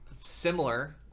similar